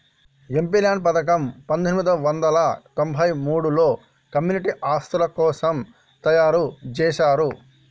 MPLADS పథకం పందొమ్మిది వందల తొంబై మూడులో కమ్యూనిటీ ఆస్తుల కోసం తయ్యారుజేశారు